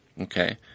okay